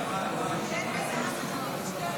אנחנו נוסיף